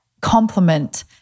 compliment